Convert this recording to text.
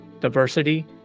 diversity